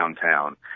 downtown